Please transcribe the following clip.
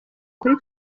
kuri